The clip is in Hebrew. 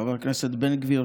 חבר הכנסת בן גביר,